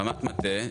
רמת מטה,